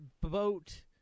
boat